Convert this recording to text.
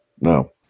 no